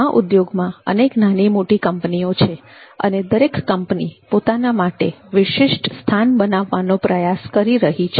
આ ઉદ્યોગમાં અનેક નાની મોટી કંપનીઓ છે અને દરેક કંપની પોતાના માટે વિશિષ્ટ સ્થાન બનાવવાનો પ્રયાસ કરી રહી છે